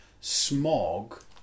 Smog